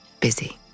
busy